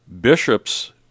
Bishops